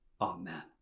Amen